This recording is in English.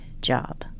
job